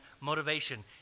motivation